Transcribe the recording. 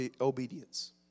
obedience